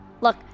Look